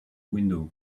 window